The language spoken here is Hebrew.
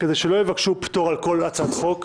כדי שלא יבקשו פטור על כל הצעת חוק,